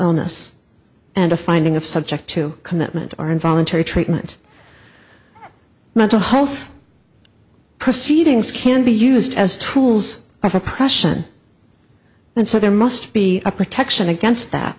illness and a finding of subject to commitment or involuntary treatment mental health proceedings can be used as tools of oppression and so there must be a protection against that